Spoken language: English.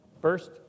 First